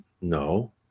no